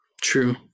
True